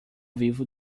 vivo